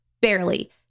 Barely